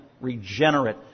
regenerate